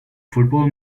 football